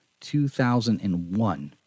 2001